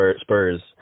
Spurs